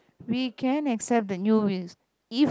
we can accept the new ways if